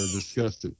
disgusted